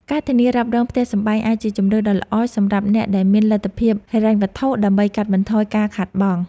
ការធានារ៉ាប់រងផ្ទះសម្បែងអាចជាជម្រើសដ៏ល្អសម្រាប់អ្នកដែលមានលទ្ធភាពហិរញ្ញវត្ថុ ដើម្បីកាត់បន្ថយការខាតបង់។